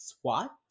SWAT